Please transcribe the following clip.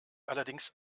allerdings